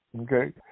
okay